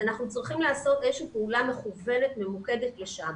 אנחנו צריכים לעשות איזושהי פעולה מכוונת וממוקדת לשם.